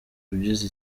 ugize